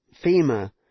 FEMA